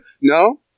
No